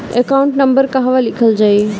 Account number कहवा लिखल जाइ?